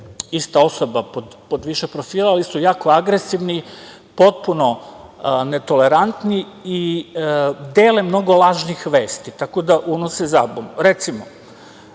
ista osoba pod više profila, ali su jako agresivni, potpuno netolerantni i dele mnogo lažnih vesti, tako da unose zabunu. Recimo,